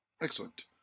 Excellent